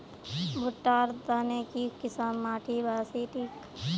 भुट्टा र तने की किसम माटी बासी ठिक?